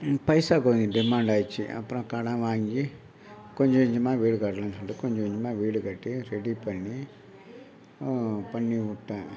எனக்கு பைசா கொஞ்சம் டிமாண்ட் ஆகிருச்சு அப்புறம் கடன் வாங்கி கொஞ்சம் கொஞ்சமாக வீடு கட்டணும் சொல்லிட்டு கொஞ்சம் கொஞ்சமாக எங்கள் வீடை கட்டி ரெடி பண்ணி பண்ணிவிட்டேன்